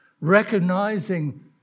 Recognizing